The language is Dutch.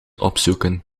opzoeken